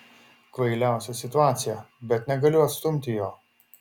kvailiausia situacija bet negaliu atstumti jo